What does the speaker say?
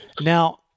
Now